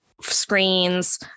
screens